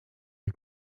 jak